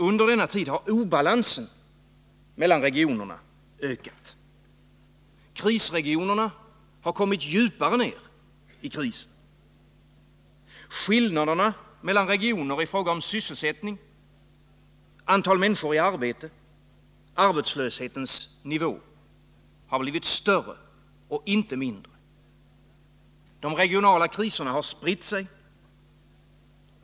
Under denna tid har obalansen mellan regionerna ökat. Krisregionerna har kommit djupare ner i krisen. Skillnaderna mellan regioner i fråga om sysselsättning, antal människor i arbete och arbetslöshetens nivå har blivit större, inte mindre. De regionala kriserna har spritt sig.